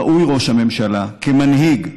ראש הממשלה, כמנהיג,